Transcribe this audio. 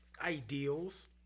ideals